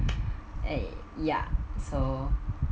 uh ya so